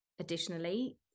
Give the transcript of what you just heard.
Additionally